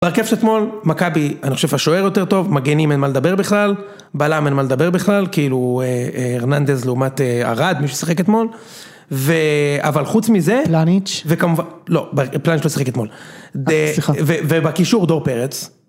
בהרכב שאתמול, מכבי, אני חושב, השוער יותר טוב, מגנים אין מה לדבר בכלל, בלם אין מה לדבר בכלל, כאילו, ארננדז לעומת הרד, מי ששיחק אתמול, אבל חוץ מזה, פלניץ', וכמובן, לא, פלניץ' לא שיחק אתמול. סליחה. ובקישור, דור פרץ.